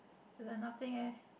there is nothing eh